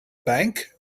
bank